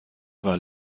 war